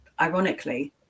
ironically